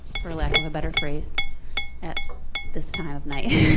for lack of a better phrase at this time of night.